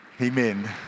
Amen